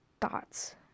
thoughts